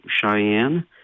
Cheyenne